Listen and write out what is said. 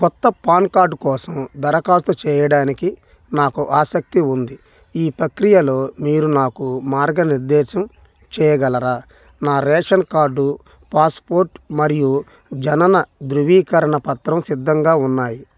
కొత్త PAN card కోసం దరఖాస్తు చెయ్యడానికి నాకు ఆసక్తి ఉంది ఈ ప్రక్రియలో మీరునాకు మార్గనిర్దేశం చెయ్యగలరా నా రేషన్ కార్డు పాస్పోర్ట్ మరియు జనన ధృవీకరణ పత్రం సిద్ధంగా ఉన్నాయి